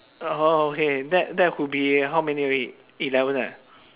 orh okay that that would be how many already eleven ah